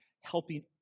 helping